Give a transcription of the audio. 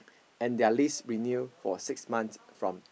and their lease renew for six months from